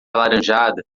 alaranjada